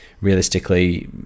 realistically